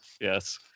Yes